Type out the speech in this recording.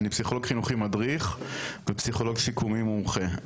אני פסיכולוג חינוכי מדריך ופסיכולוג שיקומי מומחה.